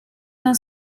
non